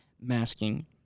masking